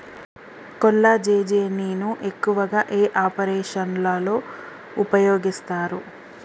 కొల్లాజెజేని ను ఎక్కువగా ఏ ఆపరేషన్లలో ఉపయోగిస్తారు?